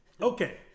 Okay